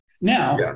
Now